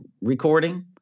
recording